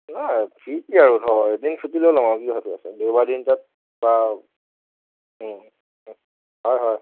যাম কি কি আৰু ধৰ এদিন চুটি লৈ ল'ম আৰু কি খতি আছে দেওবাৰ দিন এটাত বা হয় হয়